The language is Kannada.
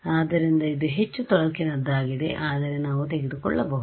ಆದ್ದರಿಂದ ಇದು ಹೆಚ್ಚು ತೊಡಕಿನದ್ದಾಗಿದೆ ಆದರೆ ನಾವು ತೆಗೆದುಕೊಳ್ಳಬಹುದು